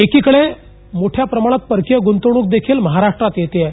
एकीकडे मोठ्या प्रमाणात परकीय गृंतवणूक देखील महाराष्ट्रात येत आहे